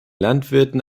landwirten